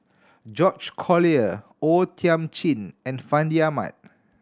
George Collyer O Thiam Chin and Fandi Ahmad